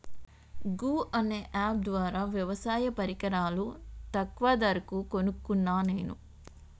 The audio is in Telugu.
గూ అనే అప్ ద్వారా వ్యవసాయ పరికరాలు అగ్వ ధరకు కొనుకున్న నేను